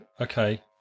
Okay